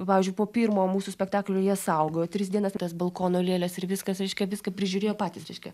pavyzdžiui po pirmojo mūsų spektaklio jie saugojo tris dienas tas balkono lėles ir viskas reiškia viską prižiūrėjo patys reiškia